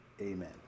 Amen